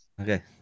okay